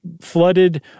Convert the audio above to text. flooded